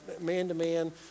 man-to-man